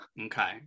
Okay